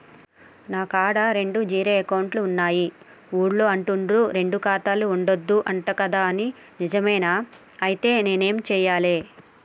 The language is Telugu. నా కాడా రెండు జీరో అకౌంట్లున్నాయి ఊళ్ళో అంటుర్రు రెండు ఖాతాలు ఉండద్దు అంట గదా ఇది నిజమేనా? ఐతే నేనేం చేయాలే?